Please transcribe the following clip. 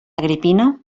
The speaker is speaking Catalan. agripina